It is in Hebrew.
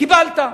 קיבלת.